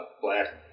Black